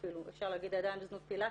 אפשר להגיד שרובן אפילו עדיין בזנות פעילה,